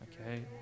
Okay